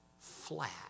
flat